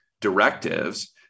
directives